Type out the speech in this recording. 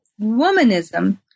womanism